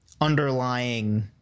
underlying